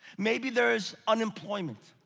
maybe there is unemployment.